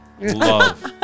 Love